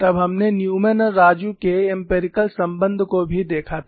तब हमने न्यूमैन और राजू के एम्पिरिकल संबंध को भी देखा था